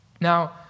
Now